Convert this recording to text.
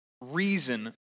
reason